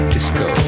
Disco